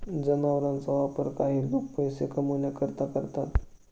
जनावरांचा वापर काही लोक पैसे कमावण्यासाठी करतात